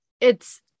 It's-